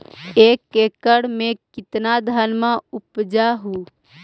एक एकड़ मे कितना धनमा उपजा हू?